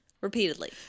repeatedly